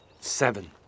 Seven